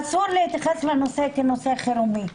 אסור להתייחס לנושא כנושא חירומי.